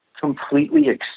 completely